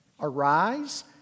Arise